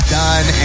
done